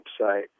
website